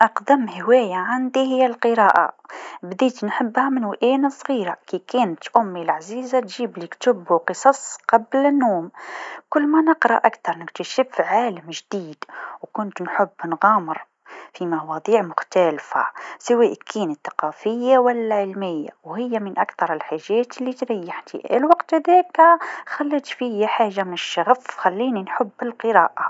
أقدم هوايه عندي هي القراءه، بديت نحبها من أنا و صغيره كي كانت أمي العزيزه تجيبلي كتب و قصص قبل النوم، كل ما نقرأ أكثر نكتشف عالم جديد و كنت نحب نغامر في مواضيع مختلفه سواء كانت ثقافيه و لا علميه و هي من أكثر الحاجات لتريحني، الوقت هذاك خلات فيا حاجه من الشغف خلاني نحب القراءه.